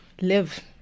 live